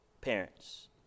parents